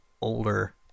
older